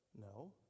No